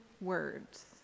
words